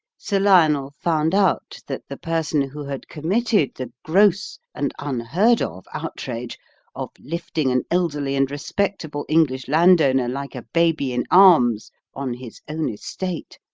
sir lionel found out that the person who had committed the gross and unheard-of outrage of lifting an elderly and respectable english landowner like a baby in arms on his own estate,